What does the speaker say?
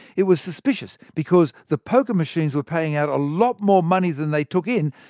it was suspicious because the poker machines were paying out a lot more money than they took in,